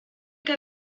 que